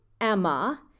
Emma